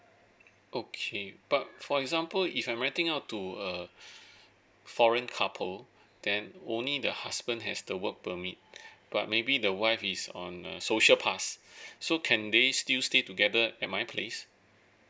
okay but for example if I'm renting out to a foreign couple then only the husband has the work permit but maybe the wife is on a social pass so can they still stay together at my place